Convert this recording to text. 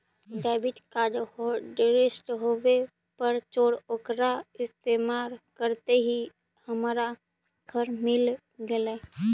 debit card hotlist होवे पर चोर ओकरा इस्तेमाल करते ही हमारा खबर मिल गेलई